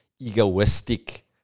egoistic